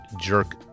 Jerk